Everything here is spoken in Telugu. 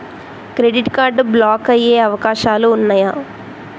క్రెడిట్ కార్డ్ బ్లాక్ అయ్యే అవకాశాలు ఉన్నయా?